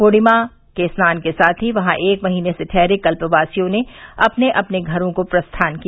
पूर्णिमा स्नान के साथ ही वहां एक महीने से ठहरे कल्पवासियों ने अपने अपने घरों को प्रस्थान किया